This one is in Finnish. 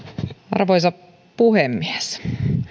arvoisa puhemies